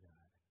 God